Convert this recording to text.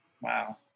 Wow